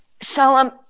Shalom